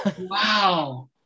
Wow